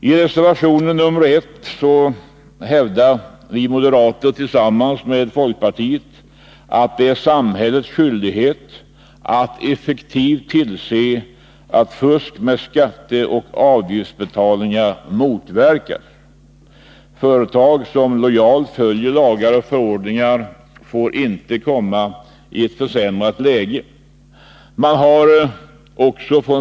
I reservation nr 1 hävdar representanter för moderaterna och folkpartiet att det är samhällets skyldighet att effektivt tillse att fusk med skatteoch avgiftsbetalningar motverkas. Företag som lojalt följer lagar och förordningar får inte komma i ett försämrat läge.